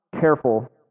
careful